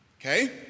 Okay